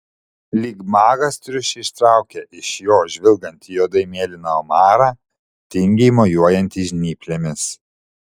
lyg magas triušį ištraukia iš jo žvilgantį juodai mėlyną omarą tingiai mojuojantį žnyplėmis